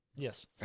Yes